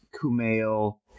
Kumail